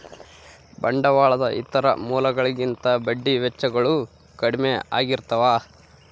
ಬಂಡವಾಳದ ಇತರ ಮೂಲಗಳಿಗಿಂತ ಬಡ್ಡಿ ವೆಚ್ಚಗಳು ಕಡ್ಮೆ ಆಗಿರ್ತವ